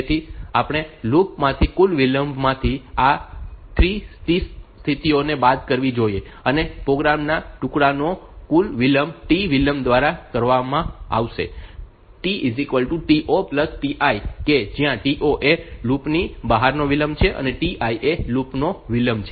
તેથી આપણે લૂપ માંથી કુલ વિલંબમાંથી આ 3 T સ્થિતિઓને બાદ કરવી જોઈએ અને પ્રોગ્રામના ટુકડાનો કુલ વિલંબ T વિલંબ દ્વારા આપવામાં આવે છે T To Tl કે જ્યાં To એ લૂપ ની બહારનો વિલંબ છે Tl એ લૂપ નો વિલંબ છે